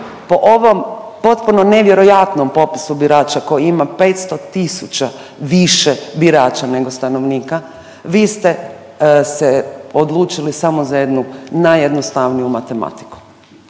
po ovom potpuno nevjerojatnom popisu birača koji ima 500 000 više birača nego stanovnika vi ste se odlučili samo za jednu najjednostavniju matematiku.